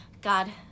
God